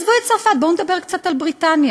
עזבו את צרפת, בואו נדבר קצת על בריטניה.